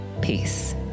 Peace